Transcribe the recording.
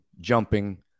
jumping